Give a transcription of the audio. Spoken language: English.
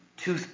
Two